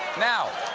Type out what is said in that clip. now,